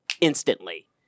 instantly